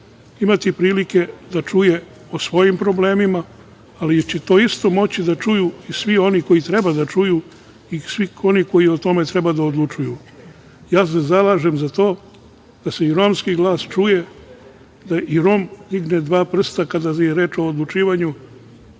imati prilike da čuje o svojim problemima, ali će to isto moći da čuju i svi oni koji treba da čuju i svi oni koji o tome treba da odlučuju. Zalažem se za to da se i romski glas čuje, da i Rom digne dva prsta kada je reč o odlučivanju,